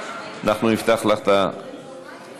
אנחנו נפתח לך את המיקרופון.